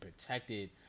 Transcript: protected